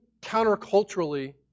counterculturally